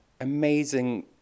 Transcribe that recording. amazing